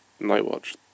Nightwatch